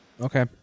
Okay